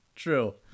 True